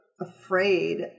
afraid